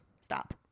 Stop